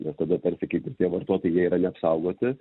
ir tada tarsi kaip ir tie vartotojai jie yra neapsaugoti